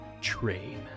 Train